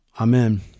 Amen